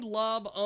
love